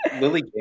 Lily